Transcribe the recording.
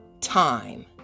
time